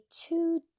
two